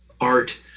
art